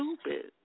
stupid